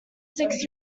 six